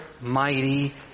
mighty